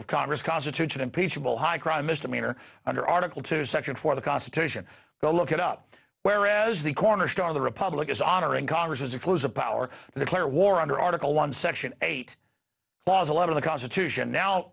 of congress constitutes an impeachable high crime misdemeanor under article two section four the constitution go look it up whereas the cornerstone of the republic is honoring congress includes the power of the clear war under article one section eight clause a lot of the constitution now